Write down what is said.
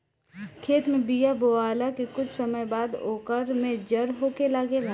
खेत में बिया बोआला के कुछ समय बाद ओकर में जड़ होखे लागेला